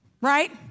right